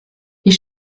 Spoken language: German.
ich